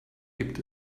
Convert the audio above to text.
gibt